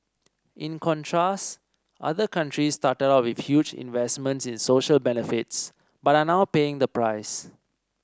in contrast other countries started out with huge investments in social benefits but are now paying the price